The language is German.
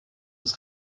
des